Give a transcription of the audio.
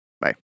Bye